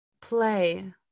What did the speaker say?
play